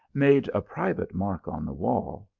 made a private mark on the wall,